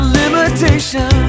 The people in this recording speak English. limitation